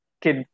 kid